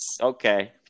Okay